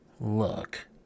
look